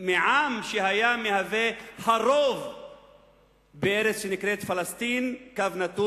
של עם שהיווה את הרוב בארץ שנקראת פלסטין/ישראל.